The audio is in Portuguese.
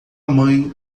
mãe